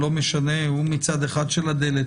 הוא מצד אחד של הדלת,